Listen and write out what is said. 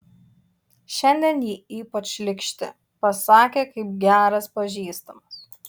šiandien ji ypač šlykšti pasakė kaip geras pažįstamas